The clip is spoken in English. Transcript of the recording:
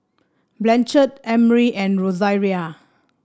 Blanchard Emry and Rosaria